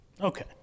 Okay